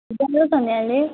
जाडो छ नि अहिले